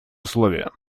условия